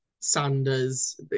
Sanders